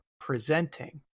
presenting